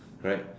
correct